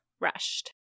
rushed